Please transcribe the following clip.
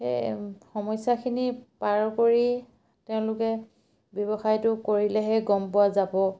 সেই সমস্যাখিনি পাৰ কৰি তেওঁলোকে ব্যৱসায়টো কৰিলেহে গম পোৱা যাব